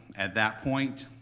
at that point,